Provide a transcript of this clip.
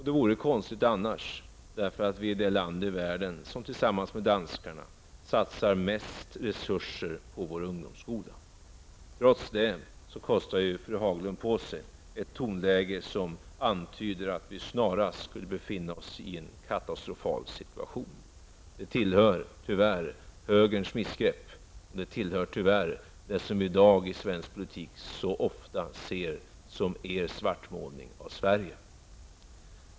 Det vore konstigt annars, eftersom vi jämte Danmark är det land i världen som satsar mest resurser på vår ungdomsskola. Trots detta kostar fru Haglund på sig ett tonläge, som antyder att vi snarast skulle befinna oss i en katastrofsituation. Det tillhör tyvärr högerns missgrepp och det som i dag i svensk politik så ofta ses som er svartmålning av Sverige.